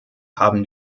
haben